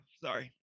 Sorry